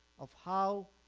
of how